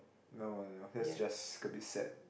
no no that's just a bit sad